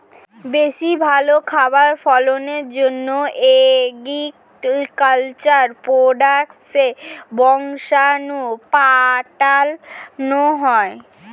বেশি ভালো খাবার ফলনের জন্যে এগ্রিকালচার প্রোডাক্টসের বংশাণু পাল্টানো হয়